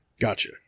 Gotcha